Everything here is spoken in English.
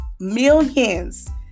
Millions